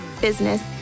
business